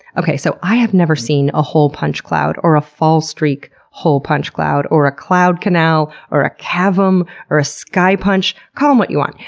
okay, so i have never seen a hole punch cloud, or a fallstreak hole punch cloud, or a cloud canal, or a cavum, or a skypunch. call em what you want,